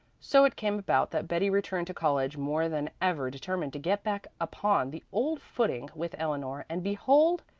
so it came about that betty returned to college more than ever determined to get back upon the old footing with eleanor, and behold,